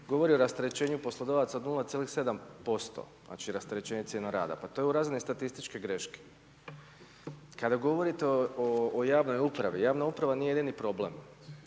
govori o rasterećenju poslodavaca od 9,7%, znači rasterećenje cijena rada, pa to je u razini statističke greške. Kada govorite o javnoj upravi, javna uprava nije jedini problem.